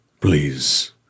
Please